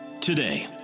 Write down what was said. Today